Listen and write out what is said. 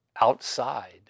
outside